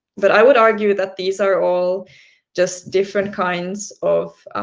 but i would argue that these are all just different kinds of